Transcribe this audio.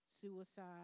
suicide